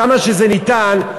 כמה שזה ניתן,